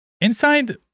Inside